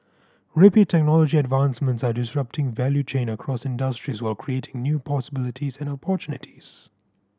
rapid technology advancements are disrupting value chain across industries while creating new possibilities and opportunities